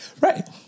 Right